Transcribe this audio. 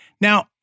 Now